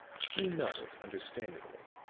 he nodded understandingly.